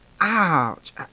Ouch